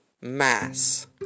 mass